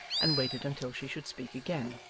and waited until she should speak again.